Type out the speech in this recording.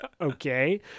Okay